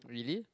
really